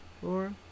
four